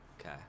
Okay